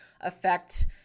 affect